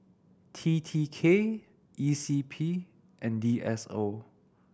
T T K E C P and D S O